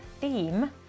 theme